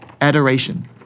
Adoration